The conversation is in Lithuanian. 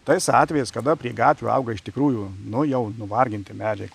tais atvejais kada prie gatvių auga iš tikrųjų nu jau nuvarginti medžiai